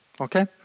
Okay